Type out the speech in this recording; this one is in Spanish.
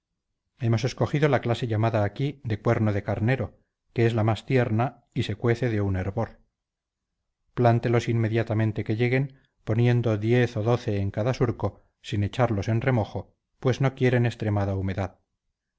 hemos escogido la clase llamada aquí de cuerno de carnero que es la más tierna y se cuece de un hervor plántenlos inmediatamente que lleguen poniendo diez o doce en cada surco sin echarlos en remojo pues no quieren extremada humedad